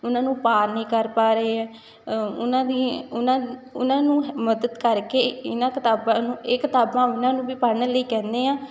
ਉਹਨਾਂ ਨੂੰ ਪਾਰ ਨਹੀਂ ਕਰ ਪਾ ਰਹੇ ਹੈ ਉਹਨਾਂ ਦੀ ਉਹਨਾਂ ਉਹਨਾਂ ਨੂੰ ਮਦਦ ਕਰਕੇ ਇਹਨਾਂ ਕਿਤਾਬਾਂ ਨੂੰ ਇਹ ਕਿਤਾਬਾਂ ਉਹਨਾਂ ਨੂੰ ਵੀ ਪੜ੍ਹਨ ਲਈ ਕਹਿੰਦੇ ਹਾਂ